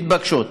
מתבקשות.